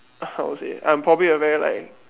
how to say I'm probably a very like